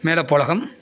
Melappolagam